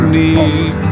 need